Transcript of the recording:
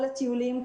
כל הטיולים,